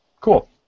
Cool